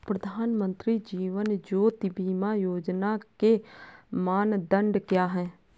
प्रधानमंत्री जीवन ज्योति बीमा योजना के मानदंड क्या हैं?